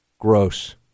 Gross